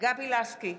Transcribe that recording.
גבי לסקי,